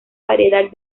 variedad